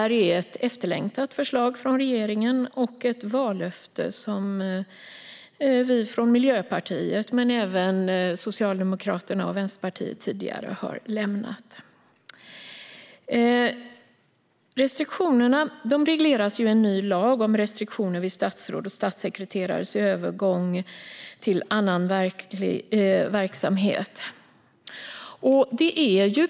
Regeringens förslag är efterlängtat och ett vallöfte som såväl Miljöpartiet som Socialdemokraterna och Vänsterpartiet tidigare gett. Restriktionerna regleras i en ny lag om restriktioner vid statsråds och statssekreterares övergång till annan verksamhet.